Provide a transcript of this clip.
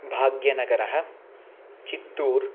भाग्यनगरं Chittoor